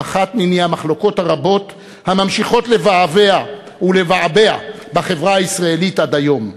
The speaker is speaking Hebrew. אחת מני המחלוקות הרבות הממשיכות לבעבע ולבעבע בחברה הישראלית עד היום.